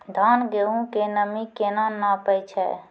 धान, गेहूँ के नमी केना नापै छै?